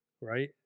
right